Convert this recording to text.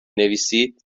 نویسید